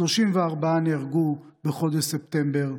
34 נהרגו בחודש ספטמבר,